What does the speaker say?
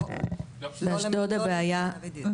בדיונים,